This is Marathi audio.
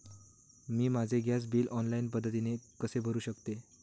मी माझे गॅस बिल ऑनलाईन पद्धतीने कसे भरु शकते?